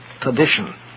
tradition